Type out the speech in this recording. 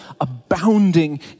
abounding